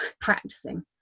practicing